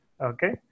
Okay